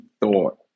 thought